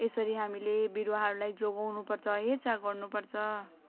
यसरी हामीले बिरुवाहरूलाई जोगाउनुपर्छ हेरचाह गर्नुपर्छ